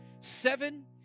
Seven